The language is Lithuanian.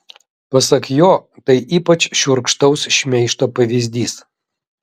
pasak jo tai ypač šiurkštaus šmeižto pavyzdys